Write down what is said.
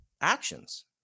actions